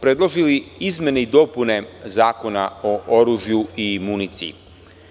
Predložili smo izmene i dopune Zakona o oružju i municiji.